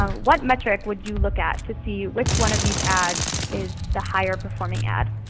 um what metric would you look at to see which one of these ads is the higher performing ad?